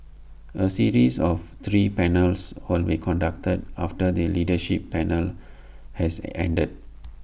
A series of three panels will be conducted after the leadership panel has ended